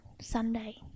Sunday